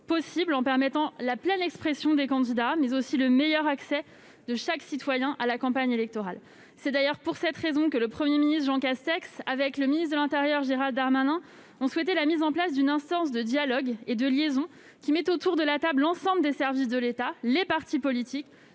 possible, en permettant la pleine expression des candidats mais aussi l'accès le plus direct de chaque citoyen à la campagne électorale. C'est d'ailleurs pour cette raison que le Premier ministre, Jean Castex, et le ministre de l'intérieur, Gérald Darmanin, ont souhaité la mise en place d'une instance de dialogue et de liaison, qui mette autour de la table l'ensemble des services de l'État, les partis politiques